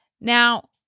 Now